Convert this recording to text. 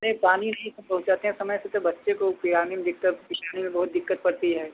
नहीं पानी नहीं पहुँचाते हैं समय से तो बच्चे को पियाने में दिक्कत पीने में बहुत दिक्कत पड़ती है